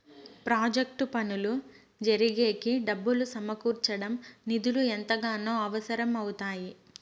project పనులు జరిగేకి డబ్బులు సమకూర్చడం నిధులు ఎంతగానో అవసరం అవుతాయి